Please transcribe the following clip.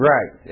Right